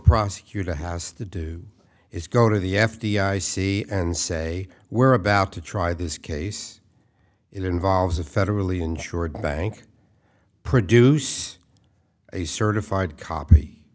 prosecutor has to do is go to the f d i c and say we're about to try this case it involves a federally insured bank produce a certified copy